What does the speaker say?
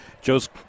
Joe's